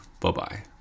Bye-bye